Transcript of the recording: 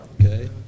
Okay